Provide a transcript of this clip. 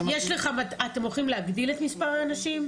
אתם הולכים להגדיל את מספר האנשים?